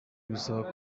gusaba